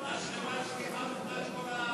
שנה שלמה, הקואליציה.